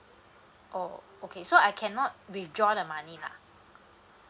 oh okay so I cannot withdraw the money lah